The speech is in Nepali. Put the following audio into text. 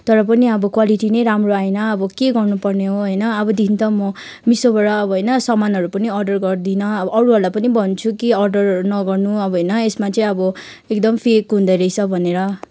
तर पनि अब क्वालिटी नै राम्रो आएन अब के गर्नुपर्ने हो होइन अबदेखिन् त म मिसोबाट अब होइन सामानहरू पनि अर्डर गर्दिनँ अब अरूहरूलाई पनि भन्छु कि अर्डर नगर्नु अब होइन यसमा चाहिँ अब एकदम फेक हुँदो रहेछ भनेर